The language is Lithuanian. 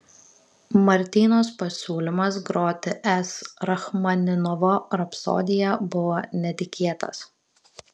martynos pasiūlymas groti s rachmaninovo rapsodiją buvo netikėtas